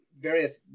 various